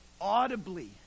audibly